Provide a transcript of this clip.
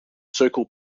circle